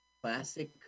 Classic